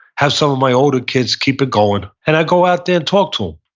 have some of my older kids keep it going, and i'd go out there and talk to